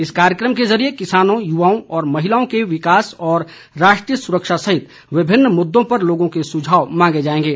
इस कार्यक्रम के जरिए किसानों युवाओं व महिलाओं के विकास और राष्ट्रीय सुरक्षा सहित विभिन्न मुद्दों पर लोगों के सुझाव मांगे जाएंगे